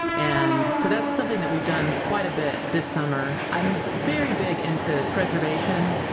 and so that's something that we've done quite a bit this summer i'm very big into preservation.